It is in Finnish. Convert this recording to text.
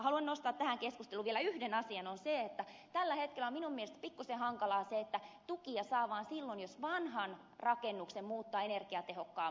haluan nostaa tähän keskusteluun vielä yhden asian joka on se että tällä hetkellä minun mielestäni on pikkuisen hankalaa se että tukia saa vain silloin jos vanhan rakennuksen muuttaa energiatehokkaammaksi